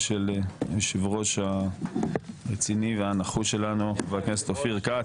של יושב ראש הרציני והנחוש שלנו חבר הכנסת אופיר כץ,